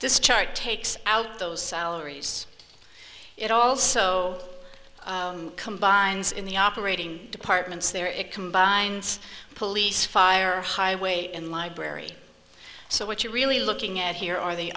this chart takes out those salaries it also combines in the operating departments there it combines police fire highway and library so what you're really looking at here are the